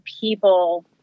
people